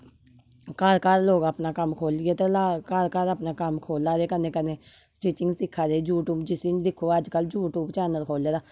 घार घार लोक अपना कम खोह्ल्लियै ते घार घार अपना खोह्ला दे कन्ने कन्ने स्टिचिंग सिक्खा दे यूट्यूब जिसी बी दिक्खो अजकल यूट्यूब चैनल खोह्ले दा